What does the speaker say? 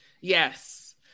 yes